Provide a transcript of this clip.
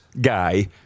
guy